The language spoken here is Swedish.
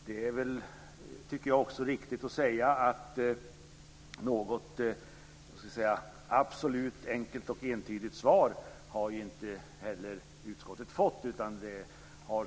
Det är väl riktigt att säga att något absolut enkelt och entydigt svar har utskottet inte heller fått.